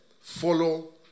Follow